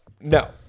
No